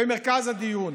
במרכז הדיון.